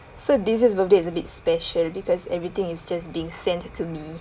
so this year birthday is a bit special because everything is just being sent to me